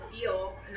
deal